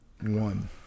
One